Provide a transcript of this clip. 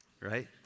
right